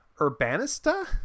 urbanista